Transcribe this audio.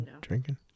drinking